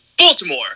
Baltimore